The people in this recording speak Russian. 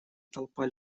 толпа